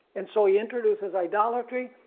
and so he introduces idolatry,